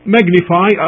magnify